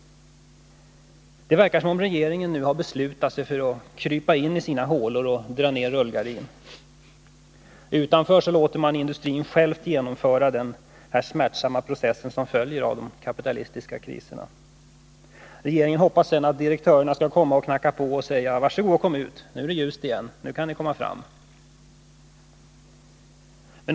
Det verkar som om regeringen nu har beslutat sig för att krypa in i sina hålor och dra ner rullgardinen. Utanför låter man industrin själv genomföra den smärtsamma process som följer av de kapitalistiska kriserna. Regeringen hoppas sedan att direktörerna skall komma och knacka på och säga: Var så goda och kom ut! Nu är det ljust igen, nu kan ni komma fram.